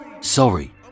Sorry